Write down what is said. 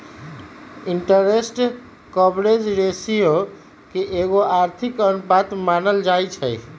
interest coverage ratio के एगो आर्थिक अनुपात मानल जाइ छइ